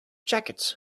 jackets